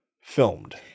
Filmed